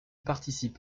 participe